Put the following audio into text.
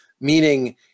meaning